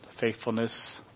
faithfulness